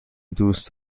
دوست